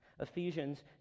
Ephesians